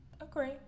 Agree